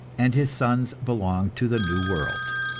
and his sons belong to the new world.